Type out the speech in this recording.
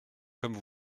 comme